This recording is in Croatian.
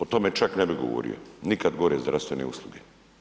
O tome čak ne bi govorio, nikad gore zdravstvene usluge.